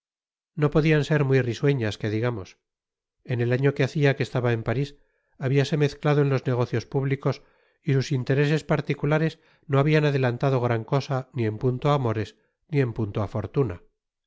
no podian ser muy risueñas que digamos en et año que hacia que estaba en paris hablase mezclado en los negocios públicos y sus intereses particulares no habian adelantado gran cosa ni en punto á amores ni en punto á fortuna